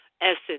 essence